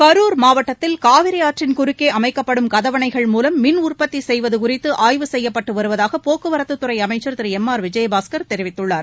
கரூர் மாவட்டத்தில் காவிரியாற்றின் குறுக்கே அமைக்கப்படும் கதவணைகள் மூலம் மின்உற்பத்தி செய்வது குறித்து ஆய்வு செய்யப்பட்டு வருவதாக போக்குவரத்துத்துறை அமைச்சர் திரு எம் ஆர் விஜயபாஸ்கர் தெரிவித்துள்ளார்